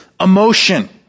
emotion